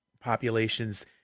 populations